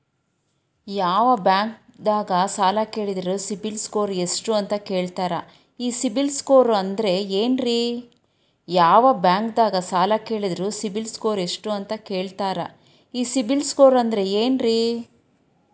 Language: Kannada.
ಯಾವ ಬ್ಯಾಂಕ್ ದಾಗ ಸಾಲ ಕೇಳಿದರು ಸಿಬಿಲ್ ಸ್ಕೋರ್ ಎಷ್ಟು ಅಂತ ಕೇಳತಾರ, ಈ ಸಿಬಿಲ್ ಸ್ಕೋರ್ ಅಂದ್ರೆ ಏನ್ರಿ?